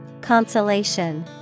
Consolation